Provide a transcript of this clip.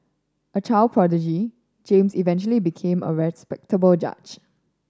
a child prodigy James eventually became a respectable judge